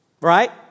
Right